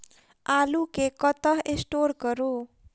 आलु केँ कतह स्टोर करू?